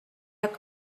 had